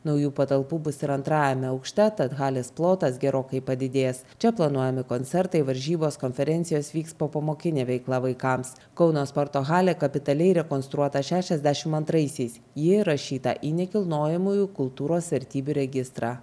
naujų patalpų bus ir antrajame aukšte tad halės plotas gerokai padidės čia planuojami koncertai varžybos konferencijos vyks popamokinė veikla vaikams kauno sporto halė kapitaliai rekonstruota šešiasdešim antraisiais ji įrašyta į nekilnojamųjų kultūros vertybių registrą